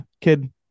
kid